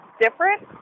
different